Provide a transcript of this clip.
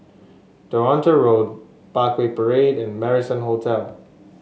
Toronto Road Parkway Parade and Marrison Hotel